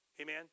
Amen